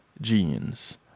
Genes